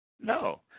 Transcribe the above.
No